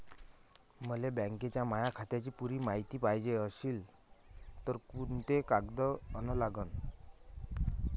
मले बँकेच्या माया खात्याची पुरी मायती पायजे अशील तर कुंते कागद अन लागन?